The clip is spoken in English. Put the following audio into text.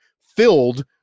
filled